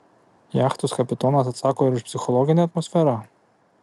jachtos kapitonas atsako ir už psichologinę atmosferą